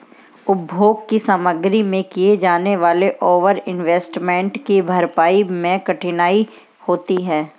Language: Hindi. उपभोग की सामग्री में किए जाने वाले ओवर इन्वेस्टमेंट की भरपाई मैं कठिनाई होती है